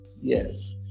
Yes